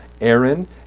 Aaron